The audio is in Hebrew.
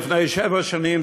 לפני שבע שנים,